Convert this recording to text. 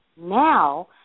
Now